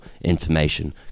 information